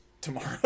Tomorrow